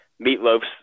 Meatloaf's